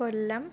കൊല്ലം